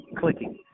clicking